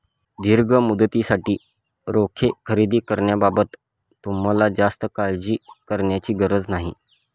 दीर्घ मुदतीसाठी रोखे खरेदी करण्याबाबत तुम्हाला जास्त काळजी करण्याची गरज नाही